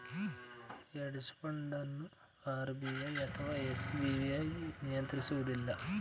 hedge fund ಅನ್ನು RBI ಅಥವಾ SEBI ನಿಯಂತ್ರಿಸುವುದಿಲ್ಲ